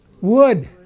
Wood